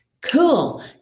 cool